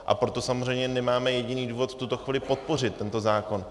A proto samozřejmě nemáme jediný důvod v tuto chvíli podpořit tento zákon.